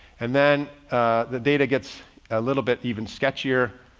and then the data gets a little bit even sketchier.